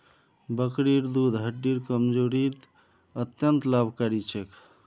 बकरीर दूध हड्डिर कमजोरीत अत्यंत लाभकारी छेक